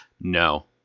no